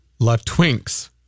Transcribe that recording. Latwinks